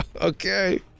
Okay